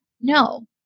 No